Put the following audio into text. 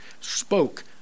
spoke